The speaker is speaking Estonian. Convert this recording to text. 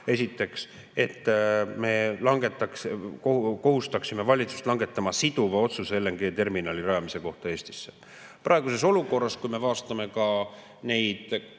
Esiteks, me kohustaksime valitsust langetama siduvat otsust LNG-terminali rajamise kohta Eestisse. Praeguses olukorras, kui me vaatame neid